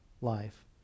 life